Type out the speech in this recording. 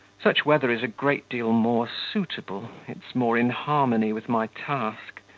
such weather is a great deal more suitable. it's more in harmony with my task.